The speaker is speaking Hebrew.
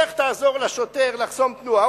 לך תעזור לשוטר לחסום תנועה.